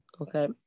Okay